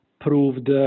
proved